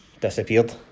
disappeared